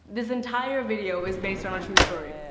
this entire video is based on a true story.